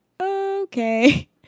okay